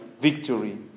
victory